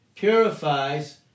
purifies